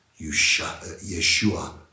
Yeshua